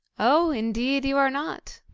oh! indeed you are not.